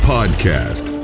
Podcast